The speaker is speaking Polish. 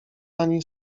ani